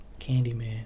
Candyman